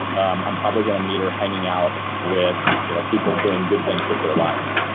i'm probably going to meet her hanging out with you know people doing good things with their life.